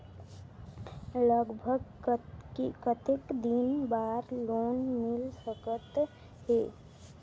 लगभग कतेक दिन बार लोन मिल सकत हे?